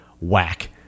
Whack